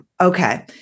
Okay